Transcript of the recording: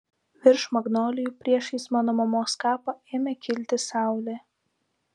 virš magnolijų priešais mano mamos kapą ėmė kilti saulė